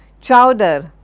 chowder,